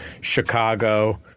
Chicago